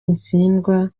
utsindwa